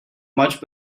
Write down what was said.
much